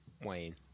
Wayne